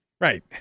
Right